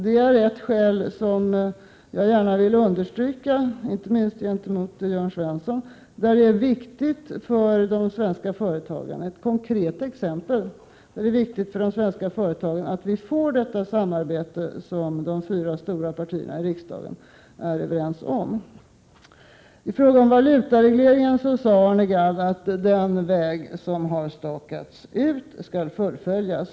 Det är ett skäl som jag gärna vill understryka, inte minst gentemot Jörn Svensson, till att det är viktigt för de svenska företagen att vi får det samarbete som de fyra stora partierna är överens om. I fråga om valutaregleringen sade Arne Gadd att den väg som har stakats ut skall fullföljas.